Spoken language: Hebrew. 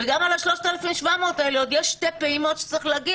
וגם על ה-3,700 האלה עוד יש שתי פעימות שצריכות להגיע